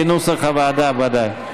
כנוסח הוועדה, ודאי.